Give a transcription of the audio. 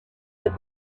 said